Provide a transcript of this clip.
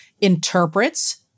interprets